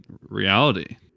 reality